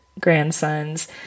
grandsons